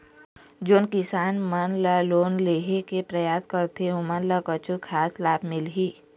जोन किसान मन लोन लेहे के परयास करथें ओमन ला कछु खास लाभ मिलही?